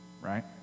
right